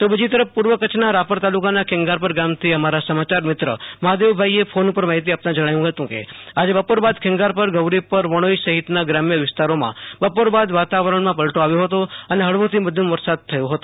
તો બીજી તરફ પૂર્વ કચ્છના રાપર તાલુકાના ખેંગારપર ગામથી અમારા સમાચાર મિત્ર મહાદેવ ભાઈએ ફોન પર માહિતી આપતા કહયું હત કે આજ બપોર બાદ ખેંગારપર્ ગૌરોપર વણોઈ સહિતના ગામ્ય વિસ્તારોમાં બપોર બાદ વાતાવરણમાં પલટો આવ્યો હતો અને હળવોથી મધ્યમ વરસાદ થયો હ તો